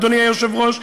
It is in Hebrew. אדוני היושב-ראש,